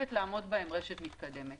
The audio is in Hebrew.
שחייבת לעמוד בהם רשת מתקדמת.